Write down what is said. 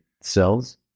cells